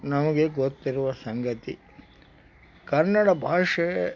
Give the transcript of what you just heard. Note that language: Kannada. ನಮಗೆ ಗೊತ್ತಿರುವ ಸಂಗತಿ ಕನ್ನಡ ಭಾಷೆ